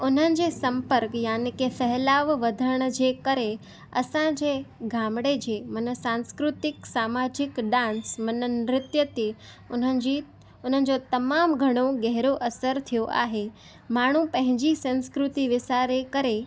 उनजे संपर्क याने के फैलाव वधण जे करे असांजे ॻामिड़े जे सांस्कृतिक सामाजिक डांस हुन नृत्य ते उन्हनि जो तमामु घणो गहिरो असर थियो आहे माण्हू पंहिंजी संस्कृती विसारे करे